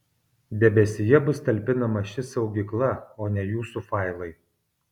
debesyje bus talpinama ši saugykla o ne jūsų failai